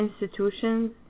institutions